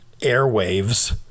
airwaves